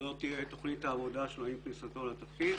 שזו תהיה תוכנית העבודה שלו עם כניסתו לתפקיד.